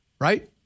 right